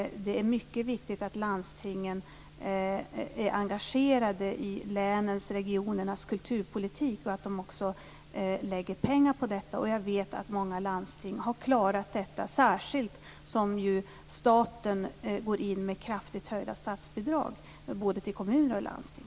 Det är mycket viktigt att landstingen är engagerade i regionernas kulturpolitik och att de lägger pengar på kultur. Jag vet att många landsting har klarat detta, särskilt som staten ju går in med kraftigt höjda statsbidrag till både kommuner och landsting.